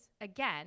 again